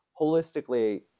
holistically